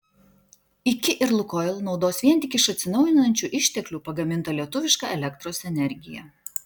iki ir lukoil naudos vien tik iš atsinaujinančių išteklių pagamintą lietuvišką elektros energiją